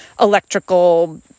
electrical